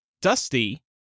dusty